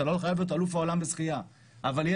אתה לא חייב להיות אלוף העולם בשחייה אבל תהיה